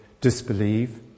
disbelieve